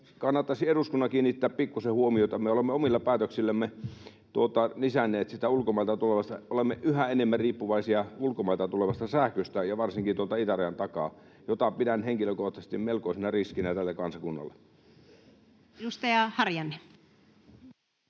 kannattaisi eduskunnan kiinnittää pikkusen huomiota siihen, että me olemme omilla päätöksillämme lisänneet ulkomailta tulevaa sähköä. Olemme yhä enemmän riippuvaisia ulkomailta ja varsinkin tuolta itärajan takaa tulevasta sähköstä, mitä pidän henkilökohtaisesti melkoisena riskinä tälle kansakunnalle.